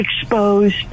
exposed